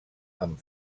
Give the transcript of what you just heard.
amb